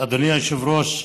אדוני היושב-ראש,